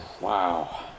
Wow